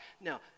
Now